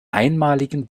einmaligen